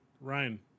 Ryan